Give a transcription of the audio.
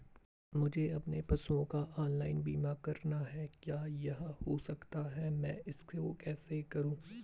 मुझे अपने पशुओं का ऑनलाइन बीमा करना है क्या यह हो सकता है मैं इसको कैसे करूँ?